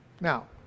Now